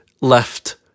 left